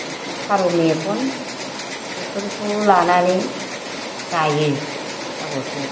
बेफोर फारौ मेगन बेफोरखौ लानानै दायो आगरखौ